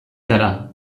gara